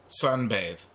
sunbathe